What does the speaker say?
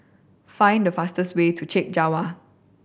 find the fastest way to Chek Jawa